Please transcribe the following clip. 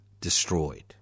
destroyed